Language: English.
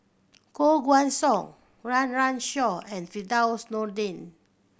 Koh Guan Song Run Run Shaw and Firdaus Nordin